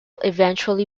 eventually